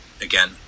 Again